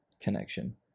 connection